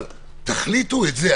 אבל תחליטו את זה.